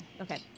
Okay